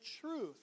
truth